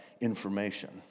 information